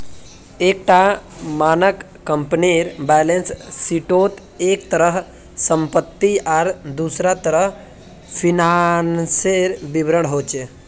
एक टा मानक कम्पनीर बैलेंस शीटोत एक तरफ सम्पति आर दुसरा तरफ फिनानासेर विवरण होचे